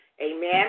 amen